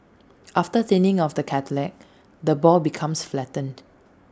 after thinning of the cartilage the ball becomes flattened